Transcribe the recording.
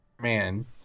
man